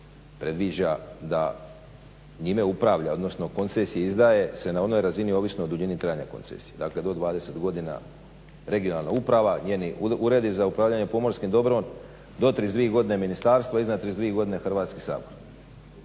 predviđa da njime upravlja, odnosno koncesije izdaje se na onoj razini ovisno o duljini trajanja koncesije, dakle do 20 godina regionalna uprava, njeni uredi za upravljanje pomorskim dobrom, do 32 ministarstvo, iznad 32 godine Hrvatski sabor.